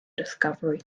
discovery